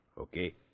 Okay